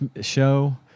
show